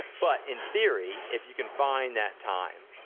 but in theory, if you can find that time,